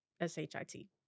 S-H-I-T